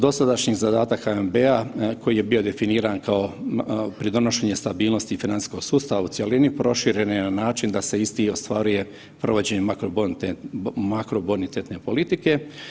Dosadašnji zadatak HNB-a koji je bio definiran kao pridonošenje stabilnosti i financijskog sustava u cjelini proširen je na način da se isti ostvaruje provođenjem makrobonitetne politike.